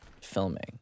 filming